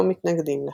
או מתנגדים לכך.